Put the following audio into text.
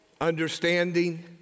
understanding